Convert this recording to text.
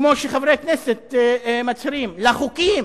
כמו שחברי הכנסת מצהירים, לחוקים.